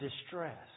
distress